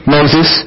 Moses